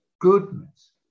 goodness